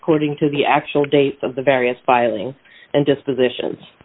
according to the actual date of the various filing and disposition